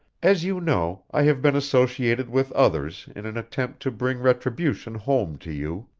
as you know, i have been associated with others in an attempt to bring retribution home to you.